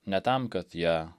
ne tam kad ją